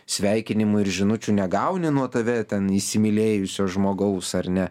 sveikinimų ir žinučių negauni nuo tave ten įsimylėjusio žmogaus ar ne